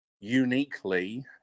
Uniquely